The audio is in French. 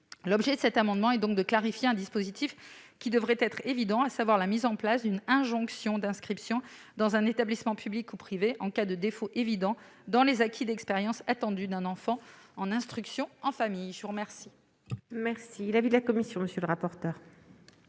L'objet de cet amendement est donc de clarifier un dispositif qui devrait être évident, à savoir la mise en place d'une injonction d'inscription dans un établissement public ou privé en cas de défaut évident dans les acquis attendus d'un enfant instruit en famille. Quel est l'avis de la commission de la culture